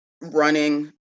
running